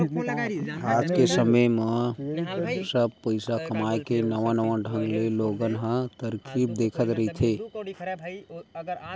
आज के समे म सब पइसा कमाए के नवा नवा ढंग ले लोगन ह तरकीब देखत रहिथे